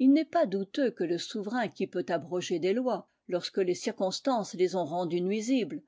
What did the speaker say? il n'est pas douteux que le souverain qui peut abroger des lois lorsque les circonstances les ont rendues nuisibles